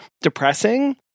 depressing